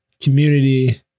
community